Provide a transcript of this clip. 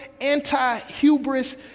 anti-hubris